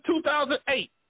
2008